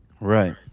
Right